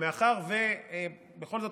ומאחר שבכל זאת,